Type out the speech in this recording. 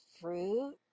fruit